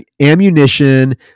ammunition